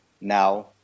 now